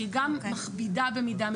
שהיא גם מכבידה במידה מסוימת.